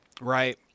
Right